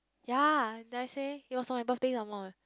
ya then I say and it was on my birthday some more leh